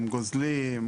גוזלים,